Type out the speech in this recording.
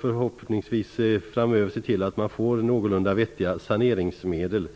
förhoppningsvis framöver se till att man får någorlunda vettiga saneringsmedel.